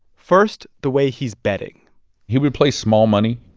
first, the way he's betting he would play small money,